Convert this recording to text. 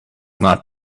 not